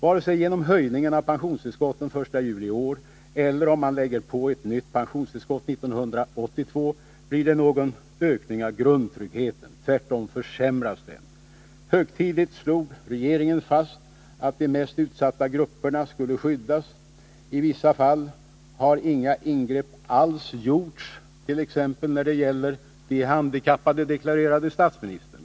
Vare sig genom höjningen av pensionstillskotten 1 juli i år eller om man lägger på ett nytt pensionstillskott 1982 blir det någon ökning av grundtryggheten. Tvärtom försämras den. Högtidligt slog regeringen fast att de mest utsatta grupperna skulle skyddas. ”I vissa fall har inga ingrepp alls gjorts, t.ex. när det gäller de handikappade”, deklarerade statsministern.